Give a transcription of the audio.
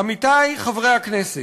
עמיתי חברי הכנסת,